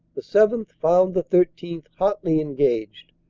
the seventh. found the thirteenth. hotly en gaged,